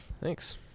Thanks